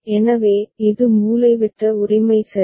எனவே இது மூலைவிட்ட உரிமை சரி